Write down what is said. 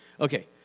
Okay